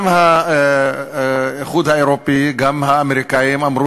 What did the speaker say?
גם האיחוד האירופי וגם האמריקנים אמרו